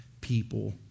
people